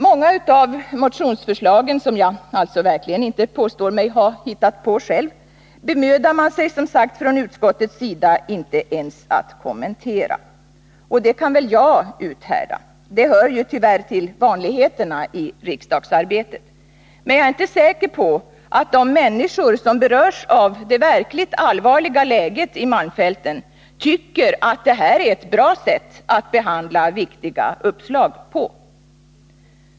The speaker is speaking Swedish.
Många av motionsförslagen, som jag alltså verkligen inte påstår mig ha hittat på själv, bemödar sig utskottet, som sagt, inte ens om att kommentera. Och det kan väl jag uthärda — det hör ju tyvärr till vanligheterna i riksdagsarbetet. Men jag är inte säker på att de människor som berörs av det verkligt allvarliga läget i malmfälten tycker att detta är ett bra sätt att behandla viktiga uppslag på.